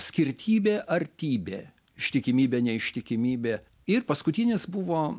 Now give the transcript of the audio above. skirtybė artybė ištikimybė neištikimybė ir paskutinis buvo